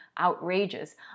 outrageous